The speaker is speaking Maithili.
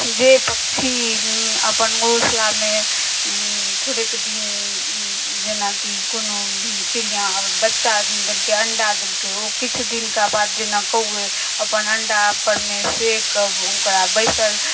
जे पक्षी अपन घोसलामे थोड़ेक दिन जेनाकि कोनो भी चिड़िऑं बच्चा देलकै अण्डा देलकै ओ किछु दिनका बाद जेना कौए अपन अण्डा पर मे सेकब ओकरा बैसल